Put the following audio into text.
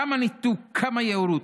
כמה ניתוק, כמה יהירות.